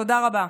תודה רבה.